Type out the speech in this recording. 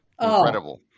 Incredible